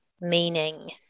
meaning